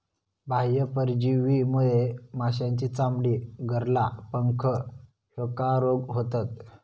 बाह्य परजीवीमुळे माशांची चामडी, गरला, पंख ह्येका रोग होतत